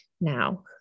Now